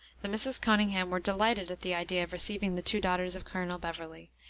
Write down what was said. the misses conynghame were delighted at the idea of receiving the two daughters of colonel beverley,